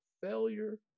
failure